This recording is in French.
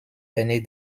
aînée